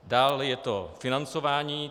Dále je to financování.